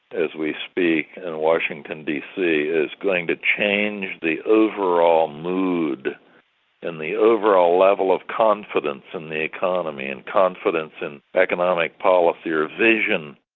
as we speak, in washington dc, is going to change the overall mood and the overall level of confidence in the economy and confidence in economic policy or vision.